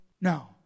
No